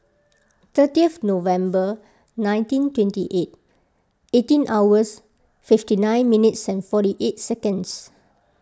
thirtieth November nineteen twenty eight eighteen hours fifty nine minutes and forty eight seconds